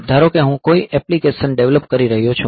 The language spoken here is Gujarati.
ધારો કે હું કોઈ એપ્લિકેશન ડેવલપ કરી રહ્યો છું